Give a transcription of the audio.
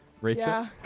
rachel